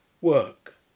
Work